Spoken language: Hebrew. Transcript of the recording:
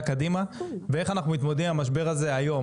קדימה ואיך אנחנו מתמודדים עם המשבר הזה היום,